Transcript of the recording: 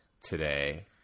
today